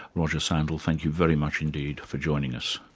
roger sandall, thank you very much indeed for joining us.